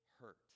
Hurt